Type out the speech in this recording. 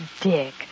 Dick